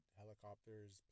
helicopters